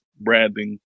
branding